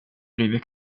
driver